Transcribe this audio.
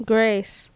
Grace